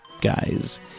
guys